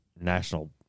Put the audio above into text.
national